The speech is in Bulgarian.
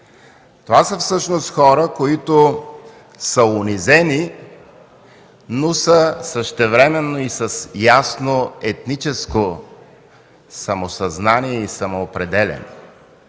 Това са всъщност хора, които са унизени, но същевременно са с ясно етническо самосъзнание и самоопределяне.